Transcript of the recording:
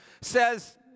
says